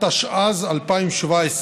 התשע"ז 2017,